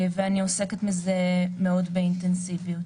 ואני עוסקת בזה מאוד באינטנסיביות.